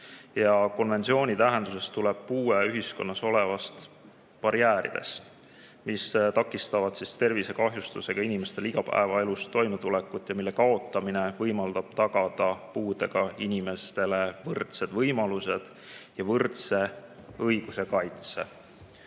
Ja konventsiooni tähenduses tuleneb puue ühiskonnas olevatest barjääridest, mis takistavad tervisekahjustusega inimestel igapäevaelus toime tulla, ja nende kaotamine võimaldab tagada puudega inimestele võrdsed võimalused ja võrdse õiguste kaitse.